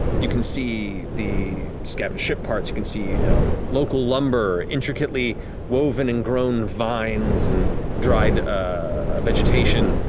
you can see the scavenged ship parts. you can see local lumber, intricately woven in grown vines and dried ah vegetation.